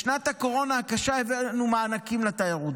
בשנת הקורונה הקשה הבאנו מענקים לתיירות.